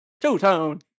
two-tone